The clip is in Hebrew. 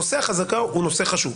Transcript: נושא החזקה הוא נושא חשוב.